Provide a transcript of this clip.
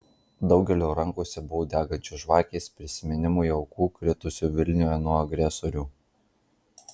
daugelio rankose buvo degančios žvakės prisiminimui aukų kritusių vilniuje nuo agresorių